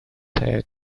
head